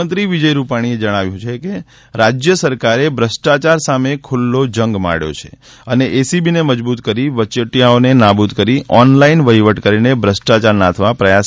મુખ્યમંત્રી વિજય રૂપાણીએ જણાવ્યુ છે કે રાજ્ય સરકારે ભ્રષ્ટાચાર સામે ખુલ્લો જંગ માંડ્યો છે અને ઐસીબીને મજબૂત કરી વચેટિયાઓને નાબૂદ કરી ઓનલાઇન વહીવટ કરીને ભ્રષ્ટાચાર નાથવા પ્રયાસ